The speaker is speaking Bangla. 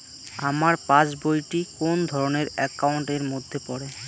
আমার পাশ বই টি কোন ধরণের একাউন্ট এর মধ্যে পড়ে?